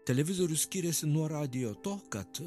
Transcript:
televizorius skiriasi nuo radijo tuo kad